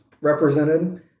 represented